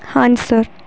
ਹਾਂਜੀ ਸਰ